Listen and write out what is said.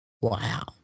Wow